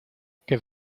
que